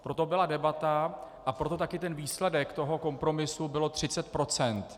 Proto byla debata a proto také ten výsledek kompromisu bylo 30 %.